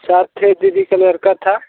साथ थे दीदी का लड़का था